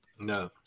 No